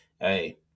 Hey